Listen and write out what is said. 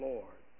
Lord